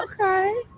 okay